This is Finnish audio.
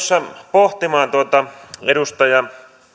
pohtimaan tuota edustaja